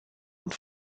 und